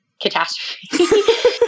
catastrophe